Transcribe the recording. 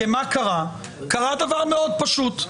מה קרה, קרה דבר מאוד פשוט.